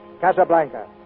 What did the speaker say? Casablanca